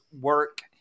work